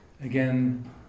again